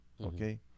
Okay